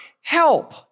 help